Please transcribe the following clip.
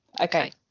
Okay